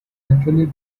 actually